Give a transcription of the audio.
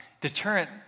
deterrent